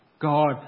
God